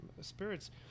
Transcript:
spirits